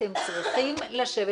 אתם צריכים לשבת.